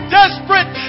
desperate